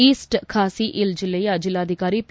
East Khasi hills ಜಿಲ್ಲೆಯ ಜಿಲ್ಲಾಧಿಕಾರಿ P